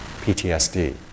PTSD